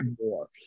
more